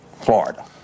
Florida